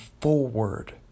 forward